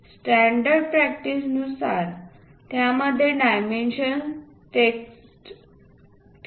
standard practice नुसार त्यामध्ये dimension text ठेवा